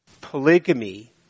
Polygamy